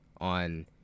on